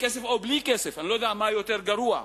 בכסף או בלי כסף, אני לא יודע מה יותר גרוע,